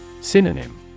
Synonym